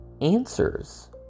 answers